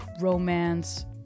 romance